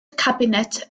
cabinet